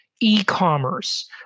e-commerce